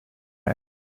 edge